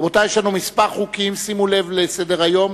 רבותי, יש לנו כמה חוקים, שימו לב לסדר-היום.